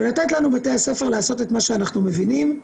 ולתת לנו בתי הספר לעשות את מה שאנחנו מבינים.